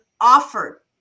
offered